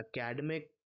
academic